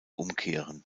umkehren